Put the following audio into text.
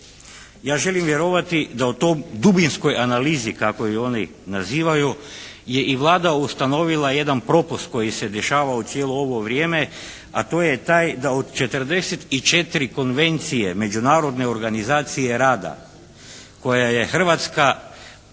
Ja želim vjerovati da u toj dubinskoj analizi kako ih oni nazivaju je i Vlada ustanovila jedan propust koji se je dešavao u cijelo ovo vrijeme, a to je taj da od 44 konvencije Međunarodne organizacije rada koja je Hrvatska